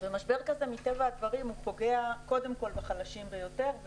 ומשבר כזה מטבע הדברים פוגע קודם כול בחלשים ביותר,